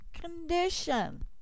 condition